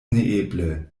neeble